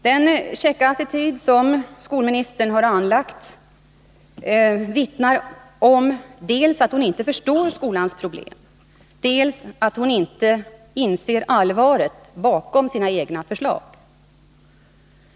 Den käcka attityd som skolministern har anlagt vittnar om dels att hon inte förstår skolans problem, dels att hon inte inser allvaret bakom sina egna förslag.